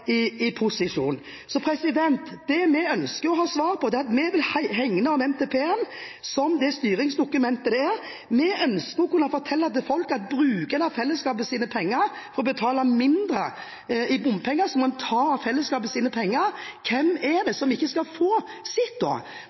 det han nå gjør når han er i posisjon. Vi vil hegne om NTP som det styringsdokumentet det er. Vi ønsker å kunne fortelle til folk at for å betale mindre i bompenger, må en ta av fellesskapets penger. Hvem er det som ikke skal få sitt da?